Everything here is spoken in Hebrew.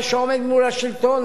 זה שעומד מול השלטון,